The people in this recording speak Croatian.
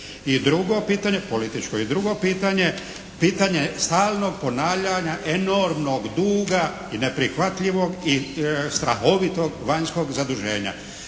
I drugo pitanje, političko i drugo pitanje. Pitanje stalnog ponavljanja enormnog duga i neprihvatljivog i strahovitog vanjskog zaduženja